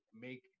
make